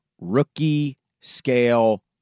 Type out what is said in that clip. rookie-scale